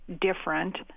different